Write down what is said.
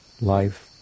life